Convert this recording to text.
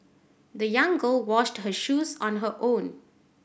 the young girl washed her shoes on her own